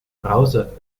browser